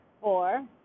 four